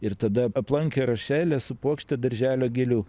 ir tada aplankė rašelę su puokšte darželio gėlių